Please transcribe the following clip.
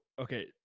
okay